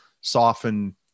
soften